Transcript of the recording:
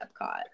Epcot